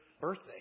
birthday